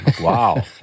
Wow